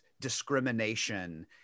discrimination